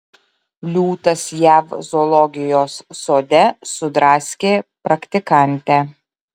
liūtas jav zoologijos sode sudraskė praktikantę